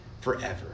forever